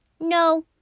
No